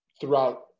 throughout